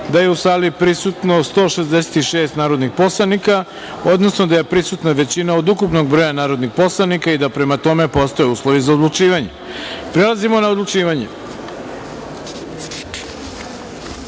da je u sali prisutno 166 narodnih poslanika, odnosno da je prisutna većina od ukupnog broja narodnih poslanika i da, prema tome, postoje uslovi za odlučivanje. Prelazimo na odlučivanje. Prva